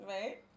right